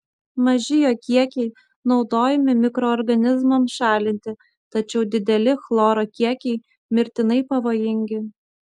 maži jo kiekiai naudojami mikroorganizmams šalinti tačiau dideli chloro kiekiai mirtinai pavojingi